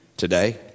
today